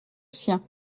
sien